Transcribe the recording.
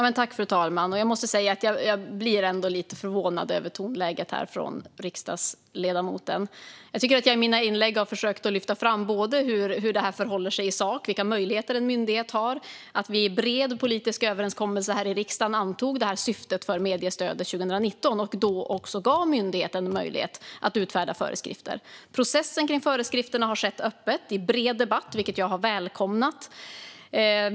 Fru talman! Jag måste säga att jag blir lite förvånad över tonläget från riksdagsledamoten. Jag tycker att jag i mina inlägg har försökt lyfta fram hur det förhåller sig i sak, vilka möjligheter en myndighet har och att vi i en bred politisk överenskommelse här i riksdagen antog syftet för mediestödet 2019 och då också gav myndigheten möjlighet att utfärda föreskrifter. Processen kring föreskrifterna har skett öppet, i bred debatt, vilket jag har välkomnat.